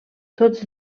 tots